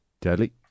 Deadly